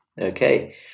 Okay